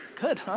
good,